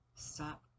stop